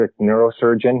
neurosurgeon